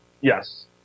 Yes